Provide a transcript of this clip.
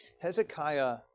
Hezekiah